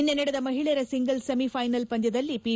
ನಿನ್ನೆ ನಡೆದ ಮಹಿಳೆಯರ ಸಿಂಗಲ್ಲಿ ಸೆಮಿಫ್ಲೆನಲ್ ಪಂದ್ಲದಲ್ಲಿ ಪಿ